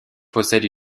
possède